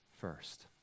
first